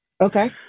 Okay